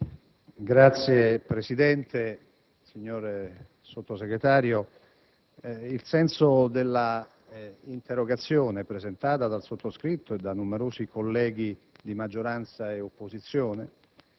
Signor Presidente, signor Sottosegretario, il senso dell'interpellanza, presentata dal sottoscritto e da numerosi colleghi di maggioranza e opposizione,